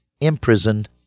imprisoned